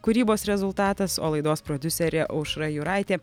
kūrybos rezultatas o laidos prodiuserė aušra juraitė